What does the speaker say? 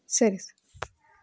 ಸರಿ ಸರ್